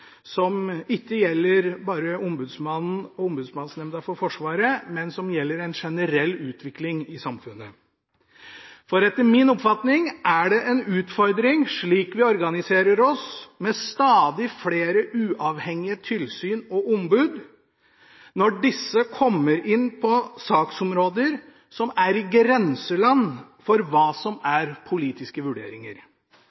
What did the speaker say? som ikke bare gjelder Ombudsmannen og Ombudsmannsnemnda for Forsvaret, men som gjelder en generell utvikling i samfunnet. Etter min oppfatning er det en utfordring i måten vi organiserer oss med stadig flere uavhengige tilsyn og ombud når disse kommer inn på saksområder som er i grenseland for hva som